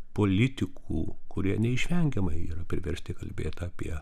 politikų kurie neišvengiamai yra priversti kalbėt apie